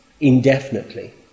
indefinitely